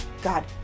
God